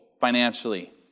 financially